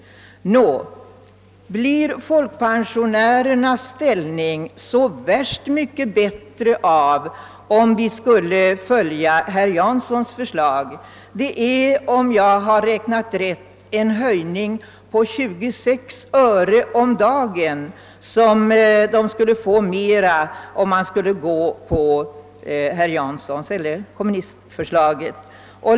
Nå, blir folkpensionärernas ställning så värst mycket bättre om vi följer herr Janssons förslag? Om jag har räknat rätt skulle de få 26 öre mer om dagen enligt kommunistförslaget.